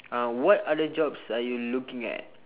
uh what other jobs are you looking at